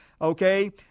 Okay